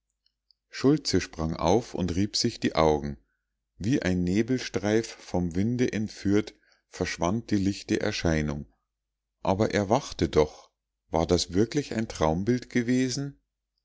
schultze sprang auf und rieb sich die augen wie ein nebelstreif vom winde entführt verschwand die lichte erscheinung aber er wachte doch war das wirklich ein traumbild gewesen